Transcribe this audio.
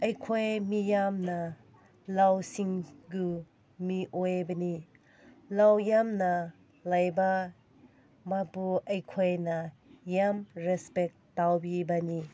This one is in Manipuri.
ꯑꯩꯈꯣꯏ ꯃꯤꯌꯥꯝꯅ ꯂꯧꯁꯤꯡꯒꯨ ꯃꯤꯑꯣꯏꯕꯅꯤ ꯂꯧ ꯌꯥꯝꯅ ꯂꯩꯕ ꯃꯥꯕꯨ ꯑꯩꯈꯣꯏꯅ ꯌꯥꯝ ꯔꯦꯁꯄꯦꯛ ꯇꯧꯕꯤꯕꯅꯤ